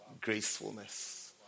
Gracefulness